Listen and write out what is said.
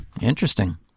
interesting